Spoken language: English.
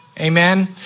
Amen